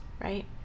right